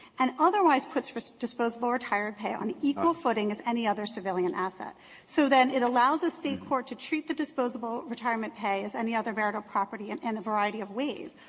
and otherwise puts disposable retired pay on equal footing at any other civilian asset so that it allows the state court to treat the disposable retirement pay as any other marital property in and a variety of ways.